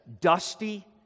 dusty